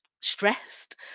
stressed